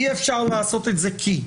אי אפשר לעשות את זה כי.